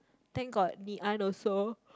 thank got Ngee-Ann also